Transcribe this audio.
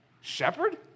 shepherd